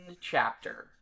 chapter